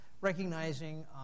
recognizing